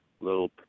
Little